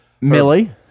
Millie